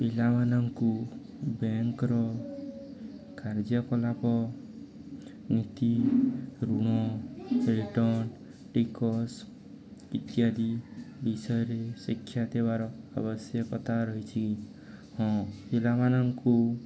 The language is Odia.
ପିଲାମାନଙ୍କୁ ବ୍ୟାଙ୍କର କାର୍ଯ୍ୟକଳାପ ନୀତି ଋଣ ରିଟର୍ଣ୍ଣ୍ ଟିକସ ଇତ୍ୟାଦି ବିଷୟରେ ଶିକ୍ଷା ଦେବାର ଆବଶ୍ୟକତା ରହିଛି ହଁ ପିଲାମାନଙ୍କୁ